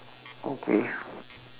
okay